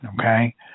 okay